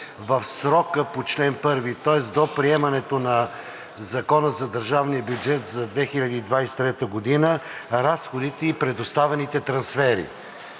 в срока по чл. 1, тоест до приемане на Закона за държавния бюджет за 2023 г., разходите и предоставените трансфери.